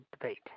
debate